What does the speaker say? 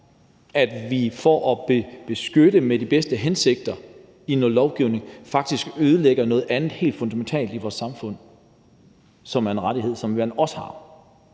og for at beskytte noget lovgivning faktisk ødelægger noget andet helt fundamentalt i vores samfund – noget, som er en rettighed, som man også har.